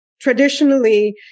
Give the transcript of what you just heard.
Traditionally